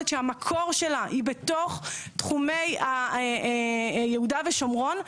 שהמקור שלה היא בתוך תחומי יהודה ושומרון,